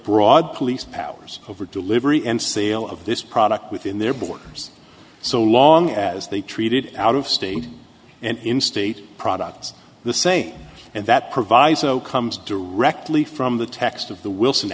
broad police powers over delivery and sale of this product within their borders so long as they treated out of state and in state products the same and that proviso comes directly from the text of the wilson